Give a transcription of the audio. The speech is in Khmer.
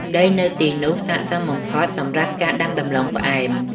ដីនៅទីនោះស័ក្តិសមបំផុតសម្រាប់ការដាំដំឡូងផ្អែម។